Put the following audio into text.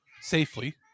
safely